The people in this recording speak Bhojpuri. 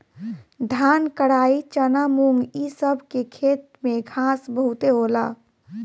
धान, कराई, चना, मुंग इ सब के खेत में घास बहुते होला